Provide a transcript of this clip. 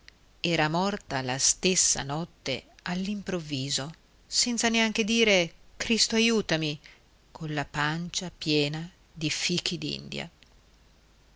era morta la stessa notte all'improvviso senza neanche dire cristo aiutami colla pancia piena di fichi